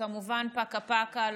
וכמובן פקה-פקה.